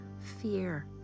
fear